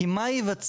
כי מה ייוצר?